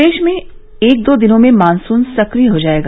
प्रदेश में एक दो दिनों में मानसून सक्रिय हो जायेगा